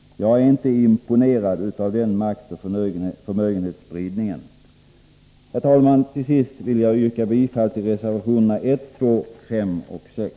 Jag är inte imponerad av den maktoch förmögenhetsspridningen. Herr talman! Till sist vill jag yrka bifall till reservationerna 1, 2, 5 och 6.